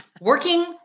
Working